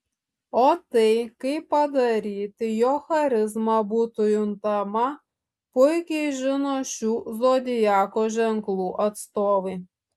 o tai kaip padaryti jog charizma būtų juntama puikiai žino šių zodiako ženklų atstovai